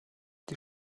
die